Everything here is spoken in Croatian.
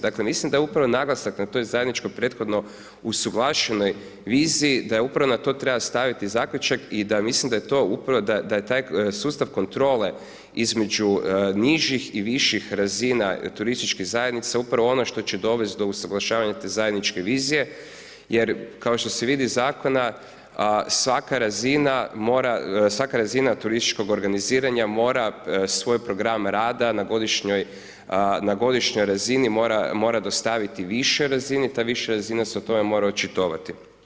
Dakle, mislim da je upravo naglasak na toj zajedničkoj prethodno usuglašenoj viziji, da upravo na to treba staviti zaključak i da mislim da je to upravo, da je taj sustav kontrole između nižih i viših razina turističkih zajednica upravo ono što će dovest do usuglašavanja te zajedničke vizije, jer kao što se vidi iz Zakona, a svaka razina mora, svaka razina turističkog organiziranja mora svoj program rada na godišnjoj, na godišnjoj razini mora, mora dostaviti višoj razini, ta viša razina se o tome mora očitovati.